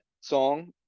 song